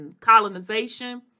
colonization